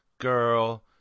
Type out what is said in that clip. girl